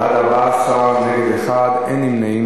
בעד, 14, אחד נגד, אין נמנעים.